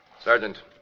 Sergeant